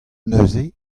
neuze